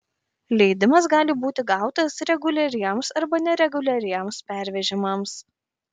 leidimas gali būti gautas reguliariems arba nereguliariems pervežimams